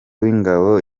w’ingabo